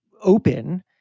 open